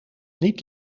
niet